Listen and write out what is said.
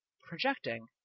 projecting